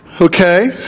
okay